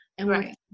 right